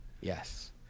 Yes